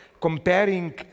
comparing